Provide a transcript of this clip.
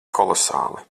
kolosāli